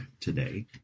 today